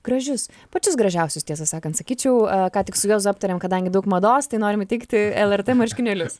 gražius pačius gražiausius tiesą sakant sakyčiau ką tik su juozu aptarėm kadangi daug mados tai norim įteikti lrt marškinėlius